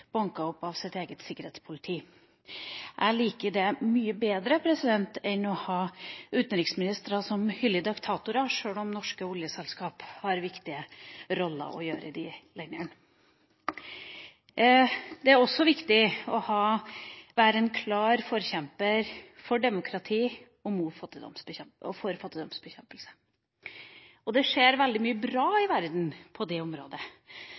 banket opp av sitt eget sikkerhetspoliti. Jeg liker det mye bedre enn å ha utenriksministre som hyller diktatorer, sjøl om norske oljeselskaper har viktige roller i de landene. Det er også viktig å være en klar forkjemper for demokrati og fattigdomsbekjempelse. Det skjer veldig mye bra i verden på det området.